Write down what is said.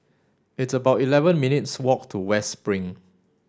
it's about eleven minutes' walk to West Spring